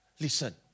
Listen